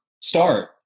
start